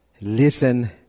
Listen